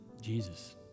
Jesus